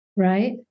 Right